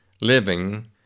living